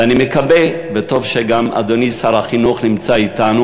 ואני מקווה, וטוב שגם אדוני שר החינוך נמצא אתנו